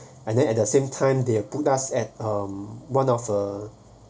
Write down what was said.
and then at the same time they put us at um one of a